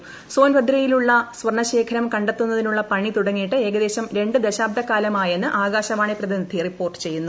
G S I സോൻദദ്രയിലുളള സ്വർണ്ണ ശേഖരം കട ത്തുന്നതിനുളള പണി തുടങ്ങിയിട്ട് ഏകദേശം ര് ദശാബ്ദക്കാലമായെന്ന് ആകാശവാണി പ്രതിനിധി റിപ്പോർട്ടു ചെയ്യുന്നു